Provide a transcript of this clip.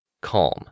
calm